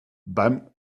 beim